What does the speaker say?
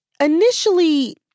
initially